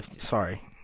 sorry